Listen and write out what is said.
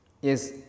yes